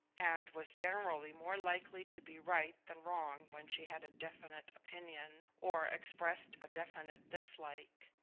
and was generally more likely to be right than wrong when she had a definite opinion, or expressed a definite dislike.